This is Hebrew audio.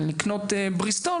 לקנות בריסטול,